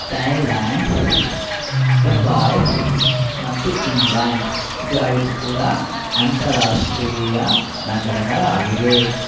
Thailand Dubai ಮತ್ತು England ಇದು ಐದು ಕೂಡ ಅಂತಾರಾಷ್ಟ್ರೀಯ ನಗರಗಳಾಗಿವೆ